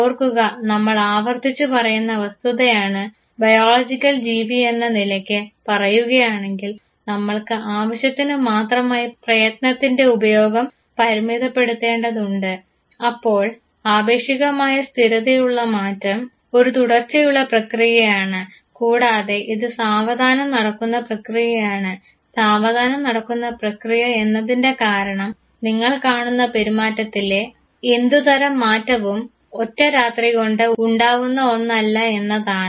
ഓർക്കുക നമ്മൾ ആവർത്തിച്ച് പറയുന്ന വസ്തുതയാണ് ബയോളജിക്കൽ ജീവിയെന്ന നിലയ്ക്ക് പറയുകയാണെങ്കിൽ നമ്മൾക്ക് ആവശ്യത്തിന് മാത്രമായി പ്രയത്നത്തിൻറെ ഉപയോഗം പരിമിതപ്പെടുത്തേണ്ടതുണ്ട് അപ്പോൾ ആപേക്ഷികമായ സ്ഥിരതയുള്ള മാറ്റം ഒരു തുടർച്ചയുള്ള പ്രക്രിയയാണ് കൂടാതെ ഇത് സാവധാനം നടക്കുന്ന പ്രക്രിയയാണ് സാവധാനം നടക്കുന്ന പ്രക്രിയ എന്നതിൻറെ കാരണം നിങ്ങൾ കാണുന്ന പെരുമാറ്റത്തിലെ എന്തുതരം മാറ്റവും ഒറ്റരാത്രികൊണ്ട് ഉണ്ടാവുന്ന ഒന്നല്ല എന്നതാണ്